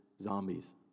zombies